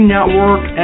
Network